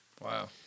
Wow